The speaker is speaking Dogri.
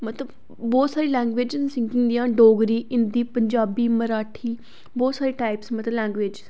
मतलब बहुत सारी लैंग्वेजिज न सिंगिंग दियां डोगरी हिंदी पंजाबी मराठी बहुत सारी टाइप्स मतलब लैंग्वेज